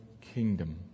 kingdom